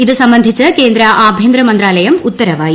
ഇതുസംബന്ധിച്ച് കേന്ദ്ര ആഭ്യന്തര മന്ത്രാലയം ഉത്തരവായി